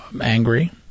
angry